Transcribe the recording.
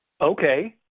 Okay